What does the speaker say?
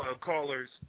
callers